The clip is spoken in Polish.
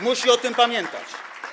Musi o tym pamiętać.